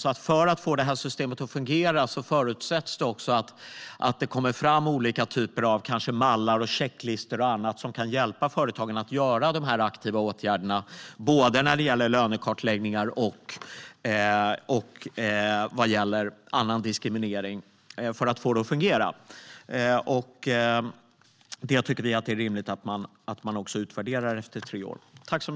En förutsättning för att få systemet att fungera är att det kommer fram olika typer av mallar och checklistor och annat som kan hjälpa företagen i arbetet med de aktiva åtgärderna, när det gäller såväl lönekartläggningar som annan diskriminering. Vi tycker att det är rimligt att man utvärderar det efter tre år.